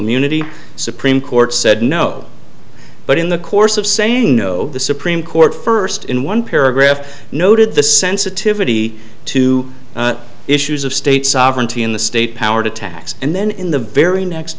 immunity supreme court said no but in the course of saying no the supreme court first in one paragraph noted the sensitivity to issues of state sovereignty in the state power to tax and then in the very next